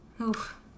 oof